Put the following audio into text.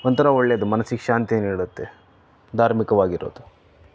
ಒಂಥರಾ ಒಳ್ಳೇದು ಮನಸ್ಸಿಗೆ ಶಾಂತಿ ನೀಡುತ್ತೇ ಧಾರ್ಮಿಕವಾಗಿರೋದು